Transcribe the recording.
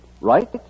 right